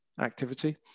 activity